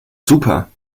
super